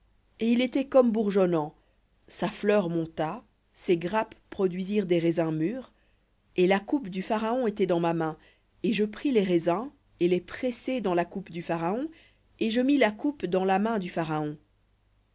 et il était comme bourgeonnant sa fleur monta ses grappes produisirent des raisins mûrs et la coupe du pharaon était dans ma main et je pris les raisins et les pressai dans la coupe du pharaon et je mis la coupe dans la main du pharaon